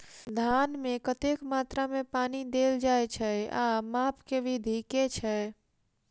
धान मे कतेक मात्रा मे पानि देल जाएँ छैय आ माप केँ विधि केँ छैय?